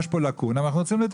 יש פה לקונה ואנחנו רוצים לתקן.